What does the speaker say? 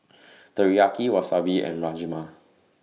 Teriyaki Wasabi and Rajma